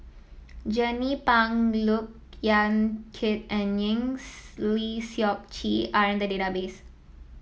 Jernnine Pang Look Yan Kit and Engs Lee Seok Chee are in the database